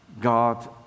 God